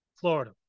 Florida